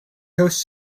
hosts